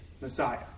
Messiah